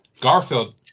Garfield